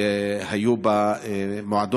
היו בו,